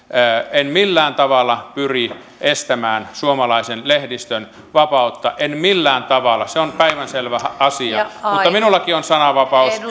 en millään tavalla pyri estämään suomalaisen lehdistön vapautta en millään tavalla se on päivänselvä asia mutta minullakin on